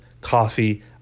coffee